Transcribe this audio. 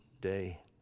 day